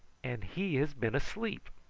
and he has been, asleep!